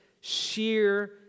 sheer